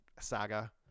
saga